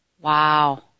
Wow